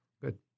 Good